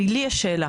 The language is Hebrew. יש לי שאלה,